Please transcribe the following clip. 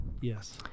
Yes